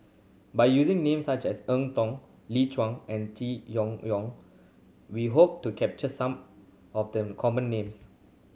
by using names such as Eng Tow Lee Choon and we hope to capture some of the common names